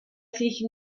sich